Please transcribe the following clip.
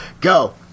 Go